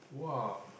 [wah]